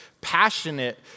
passionate